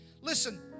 Listen